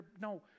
No